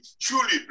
truly